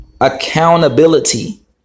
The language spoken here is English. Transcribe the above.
accountability